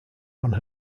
one